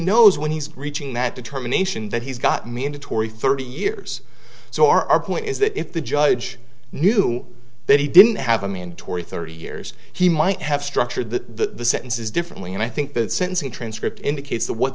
knows when he's reaching that determination that he's got me into torry thirty years so our point is that if the judge knew that he didn't have a mandatory thirty years he might have structured the sentences differently and i think that sentencing transcript indicates the what